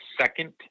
second